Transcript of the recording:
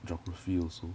geography also